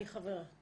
אני חברה.